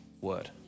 word